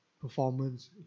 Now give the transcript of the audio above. performance